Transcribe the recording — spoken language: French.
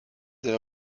d’un